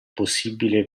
possibile